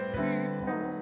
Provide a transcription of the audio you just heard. people